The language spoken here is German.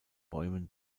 bäumen